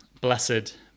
Blessed